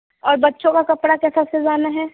और बच्चों का कपड़ा कैसा सिलवाना है